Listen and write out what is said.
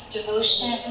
devotion